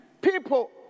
people